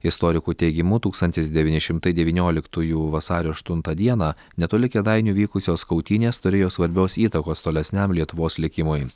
istorikų teigimu tūkstantis devyni šimtai devynioliktųjų vasario aštuntą dieną netoli kėdainių vykusios kautynės turėjo svarbios įtakos tolesniam lietuvos likimui